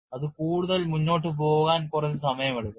അത് കൂടുതൽ മുന്നോട്ട് പോകാൻ കുറച്ച് സമയമെടുക്കും